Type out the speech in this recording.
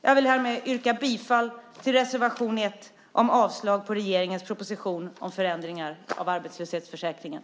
Jag vill härmed yrka bifall till reservation 1 om avslag på regeringens proposition om förändringar i arbetslöshetsförsäkringen.